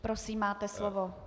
Prosím, máte slovo.